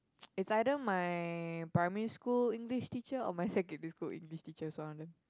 it's either my primary school English teacher or my secondary school English teacher it's one of them